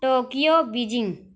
Tokyo Beijing